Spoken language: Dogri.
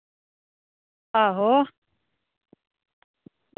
आहो